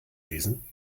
lesen